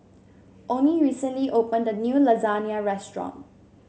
Onie recently opened a new Lasagna restaurant